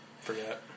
Forget